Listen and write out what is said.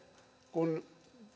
kun